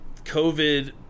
COVID